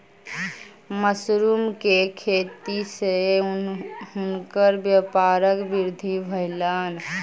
mushroom के खेती सॅ हुनकर व्यापारक वृद्धि भेलैन